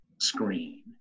screen